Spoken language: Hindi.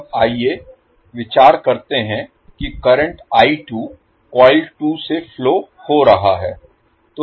अब आइए विचार करते हैं कि करंट कॉइल 2 से फ्लो Flow प्रवाहित हो रहा है